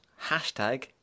hashtag